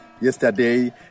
Yesterday